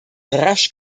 rasch